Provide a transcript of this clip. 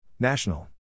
National